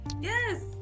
yes